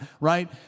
right